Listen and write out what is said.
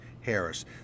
Harris